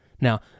Now